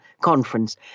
conference